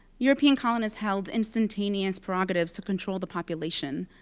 european colonies held instantaneous prerogatives to control the population.